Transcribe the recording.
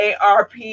ARP